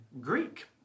Greek